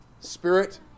spirit